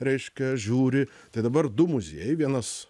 reiškia žiūri tai dabar du muziejai vienas